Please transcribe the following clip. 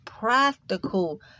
practical